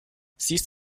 siehst